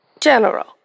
General